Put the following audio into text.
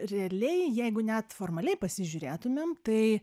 realiai jeigu net formaliai pasižiūrėtumėm tai